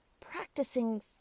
practicing